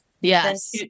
Yes